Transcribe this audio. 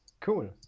Cool